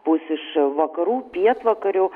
pūs iš vakarų pietvakarių